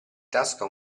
tasca